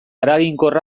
eraginkorra